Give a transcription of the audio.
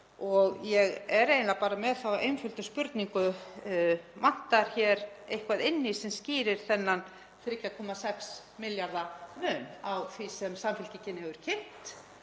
og ég er eiginlega bara með þá einföldu spurningu: Vantar hér eitthvað inn í sem skýrir þennan 3,6 milljarða mun á því sem Samfylkingin hefur kynnt